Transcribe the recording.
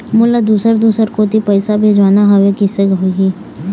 मोला दुसर दूसर कोती पैसा भेजवाना हवे, कइसे होही?